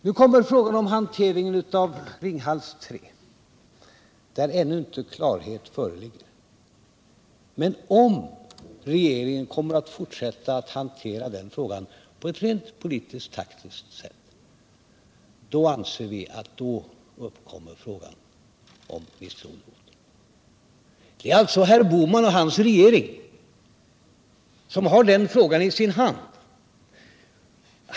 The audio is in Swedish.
Nu kommer frågan om hanteringen av Ringhals 3, där ännu inte klarhet föreligger. Men om regeringen kommer att fortsätta att hantera den frågan på ett rent politiskt-taktiskt sätt, då anser vi att frågan om misstroendevotum uppkommer. Det är alltså herr Bohman och hans regering som har den frågan isin hand.